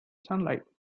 sunlight